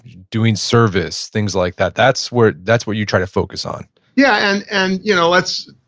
doing service, things like that. that's where that's where you try to focus on yeah, and and you know let's,